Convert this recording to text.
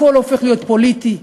הכול הופך להיות פוליטי,